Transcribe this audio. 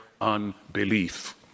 unbelief